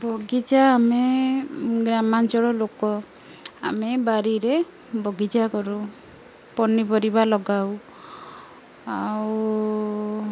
ବଗିଚା ଆମେ ଗ୍ରାମାଞ୍ଚଳ ଲୋକ ଆମେ ବାରିରେ ବଗିଚା କରୁ ପନିପରିବା ଲଗାଉ ଆଉ